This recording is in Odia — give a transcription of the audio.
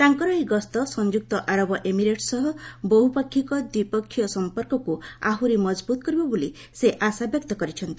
ତାଙ୍କର ଏହି ଗସ୍ତ ସଂଯୁକ୍ତ ଆରବ ଏମିରେଟ୍ସ ସହ ବହୁପାକ୍ଷିକ ଦ୍ୱିପକ୍ଷୀୟ ସଂପର୍କକୁ ଆହୁରି ମଜବୁତ କରିବ ବୋଲି ସେ ଆଶାବ୍ୟକ୍ତ କରିଛନ୍ତି